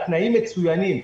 התנאים מצוינים.